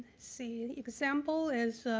see, an example is